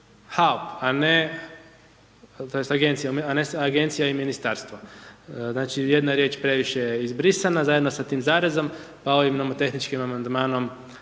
a ne agencija i ministarstvo. Znači jedna riječ je previše izbrisana, zajedno sa tim zarezom, pa ovim nomo tehničkim amandmanom